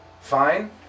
fine